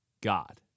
God